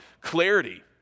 clarity